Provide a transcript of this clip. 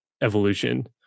evolution